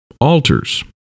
Altars